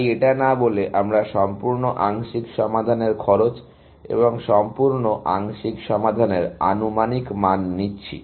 তাই এটা না বলে আমরা সম্পূর্ণ আংশিক সমাধানের খরচ এবং সম্পূর্ণ আংশিক সমাধানের আনুমানিক মান নিচ্ছি